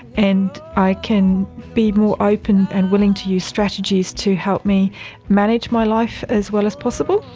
and i can be more open and willing to use strategies to help me manage my life as well as possible,